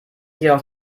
jedoch